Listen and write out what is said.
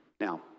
Now